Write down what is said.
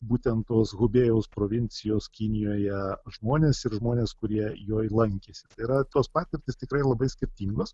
būtent tos hubėjaus provincijos kinijoje žmones ir žmones kurie joj lankėsi tai yra tos patirtys tikrai labai skirtingos